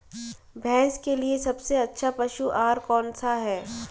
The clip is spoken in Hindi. भैंस के लिए सबसे अच्छा पशु आहार कौनसा है?